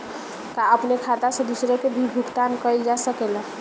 का अपने खाता से दूसरे के भी भुगतान कइल जा सके ला?